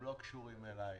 הם לא קשורים אליך,